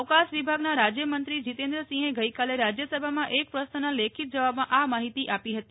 અવકાશ વિભાગના રાજ્યમંત્રી જીતેન્દ્રસિંહે ગઈકાલે રાજ્યસભા માં એક પ્રશ્નના લેખિત જવાબમાં આ માહિતી આપી હતી